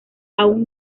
aún